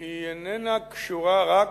היא איננה קשורה רק,